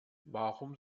warum